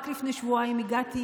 רק לפני שבועיים הגעתי,